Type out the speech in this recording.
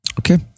Okay